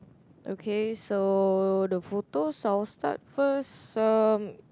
okay so the photos I will start first um